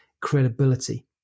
credibility